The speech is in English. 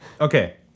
Okay